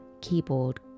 keyboard